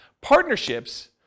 Partnerships